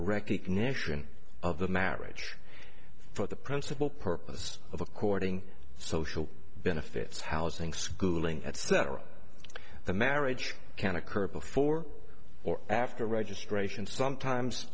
recognition of the marriage for the principle purpose of according benefits housing schooling etc the marriage can occur before or after registration sometimes